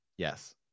Yes